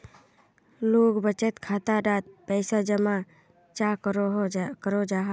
लोग बचत खाता डात पैसा जमा चाँ करो जाहा?